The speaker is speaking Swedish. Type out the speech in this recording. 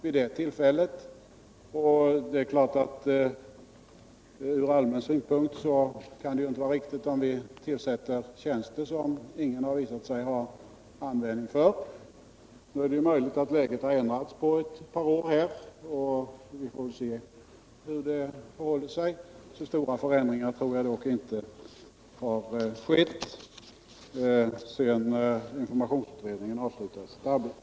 Ur allmän synpunkt kan det naturligtvis inte vara riktigt att vi tillsätter tjänster som det visat sig att ingen har någon användning för. Nu är det ju möjligt att situationen har ändrats på de år som gått. Några större förändringar tror jag dock inte har inträffat sedan informationsutredningen avslutade sitt arbete.